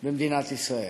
מאוד מאוד במדינת ישראל,